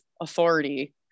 authority